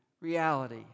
reality